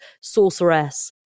sorceress